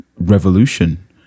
revolution